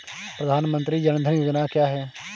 प्रधानमंत्री जन धन योजना क्या है?